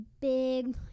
big